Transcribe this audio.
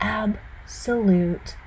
absolute